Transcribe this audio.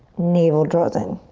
navel draws in.